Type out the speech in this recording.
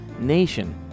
nation